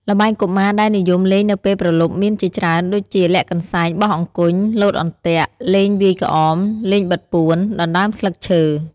ល្បែងកុមារដែលនិយមលេងនៅពេលព្រលប់មានជាច្រើនដូចជា លាក់កន្សែង បោះអង្គញ់ លោតអន្ទាក់ លេងវាយក្អម លេងបិទពួន ដណ្តើមស្លឹកឈើ ។